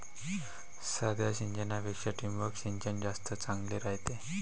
साध्या सिंचनापेक्षा ठिबक सिंचन जास्त चांगले रायते